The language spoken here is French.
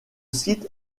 site